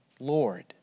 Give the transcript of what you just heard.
Lord